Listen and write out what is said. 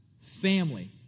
family